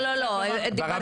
לא, דיברת עליה יותר.